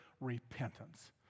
Repentance